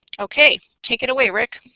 okay, take it away, rick.